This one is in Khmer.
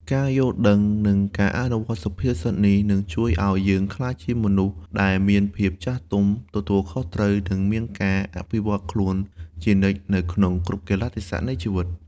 ការយល់ដឹង និងការអនុវត្តន៍សុភាសិតនេះនឹងជួយឱ្យយើងក្លាយជាមនុស្សដែលមានភាពចាស់ទុំ ទទួលខុសត្រូវ និងមានការអភិវឌ្ឍន៍ខ្លួនជានិច្ចនៅក្នុងគ្រប់កាលៈទេសៈនៃជីវិត។